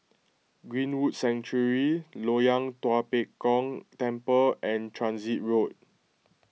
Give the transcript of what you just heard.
Greenwood Sanctuary Loyang Tua Pek Kong Temple and Transit Road